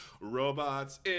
robots